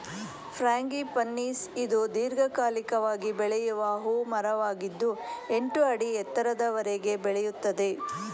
frangipanis ಇದು ದೀರ್ಘಕಾಲಿಕವಾಗಿ ಬೆಳೆಯುವ ಹೂ ಮರವಾಗಿದ್ದು ಎಂಟು ಅಡಿ ಎತ್ತರದವರೆಗೆ ಬೆಳೆಯುತ್ತದೆ